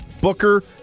Booker